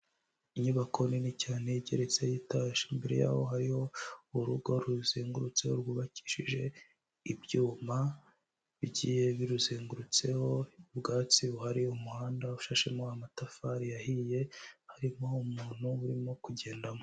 Inyubako nini cyane igeretse y'etaje, imbere yaho hariho urugo ruzengurutse rwubakishije ibyuma bigiye biruzengurutseho ubwatsi buhari, umuhanda ushashemo amatafari ahiye harimo umuntu urimo kugendamo.